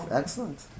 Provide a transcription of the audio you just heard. excellent